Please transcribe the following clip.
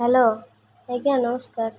hello ଆଜ୍ଞା ନମସ୍କାର